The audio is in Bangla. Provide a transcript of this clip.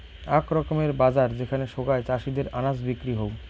আক রকমের বাজার যেখানে সোগায় চাষীদের আনাজ বিক্রি হউ